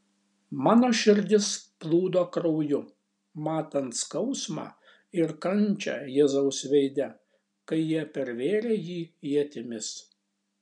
mano širdis plūdo krauju matant skausmą ir kančią jėzaus veide kai jie pervėrė jį ietimis